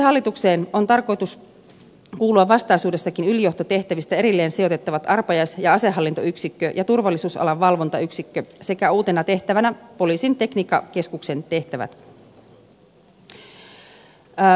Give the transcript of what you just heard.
poliisihallitukseen on tarkoitus kuulua vastaisuudessakin ylijohtotehtävistä erilleen sijoitettavat arpajais ja asehallintoyksikkö ja turvallisuusalan valvontayksikkö sekä uutena tehtävänä poliisin tekniikkakeskuksen tehtävät